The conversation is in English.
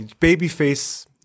Babyface